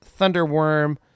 Thunderworm